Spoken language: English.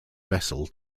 vessel